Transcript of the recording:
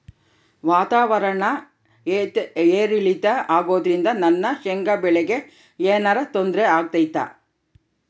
ವಾತಾವರಣ ಏರಿಳಿತ ಅಗೋದ್ರಿಂದ ನನ್ನ ಶೇಂಗಾ ಬೆಳೆಗೆ ಏನರ ತೊಂದ್ರೆ ಆಗ್ತೈತಾ?